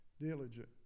diligent